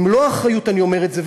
במלוא האחריות אני אומר את זה,